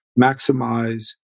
maximize